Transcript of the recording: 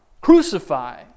Crucify